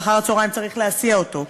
ואחר-הצהריים צריך להסיע אותו,